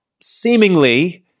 seemingly